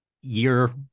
year